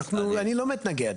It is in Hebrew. אני לא מתנגד.